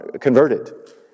converted